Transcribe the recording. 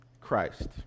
Christ